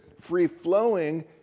free-flowing